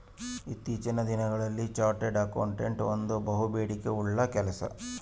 ಇತ್ತೀಚಿನ ದಿನಗಳಲ್ಲಿ chartered accountant ಒಂದು ಬಹುಬೇಡಿಕೆ ಉಳ್ಳ ಕೆಲಸ